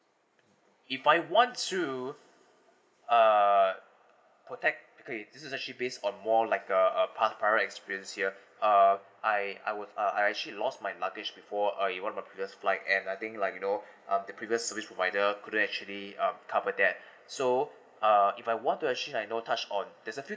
if I want to uh protect okay this is actually based on more like a past my right experience here uh I I would uh I actually lost my luggage before uh it was my previous flight and I think like you know uh the previous service provider couldn't actually um cover that so uh if I want to actually like you know touch on there's a few things